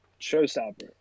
Showstopper